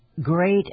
great